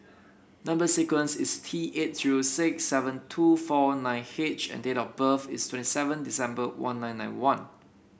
number sequence is T eight zero six seven two four nine H and date of birth is twenty seven December one nine nine one